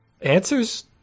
Answers